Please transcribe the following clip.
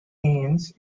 inns